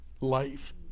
life